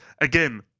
Again